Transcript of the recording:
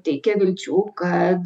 teikia vilčių kad